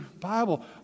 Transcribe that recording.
Bible